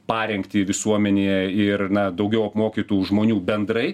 parengtį visuomenėje ir na daugiau apmokytų žmonių bendrai